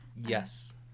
Yes